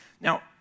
Now